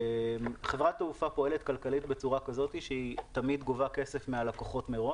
חברת תעופה פועלת כלכלית בצורה כזו שהיא תמיד גובה כסף מהלקוחות מראש,